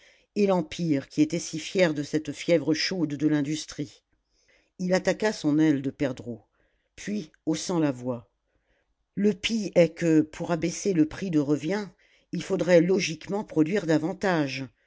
et l'empire qui était si fier de cette fièvre chaude de l'industrie il attaqua son aile de perdreau puis haussant la voix le pis est que pour abaisser le prix de revient il faudrait logiquement produire davantage